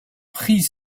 pris